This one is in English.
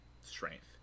strength